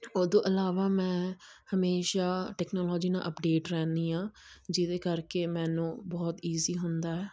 ਉਹਤੋਂ ਇਲਾਵਾ ਮੈਂ ਹਮੇਸ਼ਾਂ ਟੈਕਨੋਲੋਜੀ ਨਾਲ ਅਪਡੇਟ ਰਹਿੰਦੀ ਹਾਂ ਜਿਹਦੇ ਕਰਕੇ ਮੈਨੂੰ ਬਹੁਤ ਈਜ਼ੀ ਹੁੰਦਾ ਆ